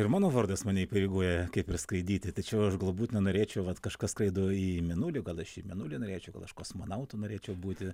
ir mano vardas mane įpareigoja kaip ir skraidyti tačiau aš galbūt nenorėčiau vat kažkas skraido į mėnulį gal aš į mėnulį norėčiau gal aš kosmonautu norėčiau būti